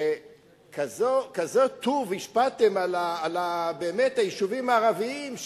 שכזה טוב השפעתם על היישובים הערביים,